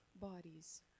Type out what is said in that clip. bodies